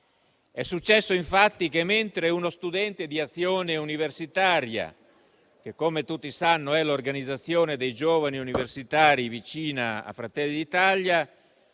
È successo infatti che, mentre uno studente di Azione Universitaria (che, come tutti sanno, è l'organizzazione dei giovani universitari vicina a Fratelli d'Italia)